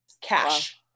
cash